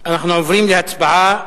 אנחנו עוברים להצבעה.